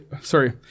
sorry